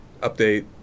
update